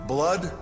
Blood